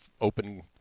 open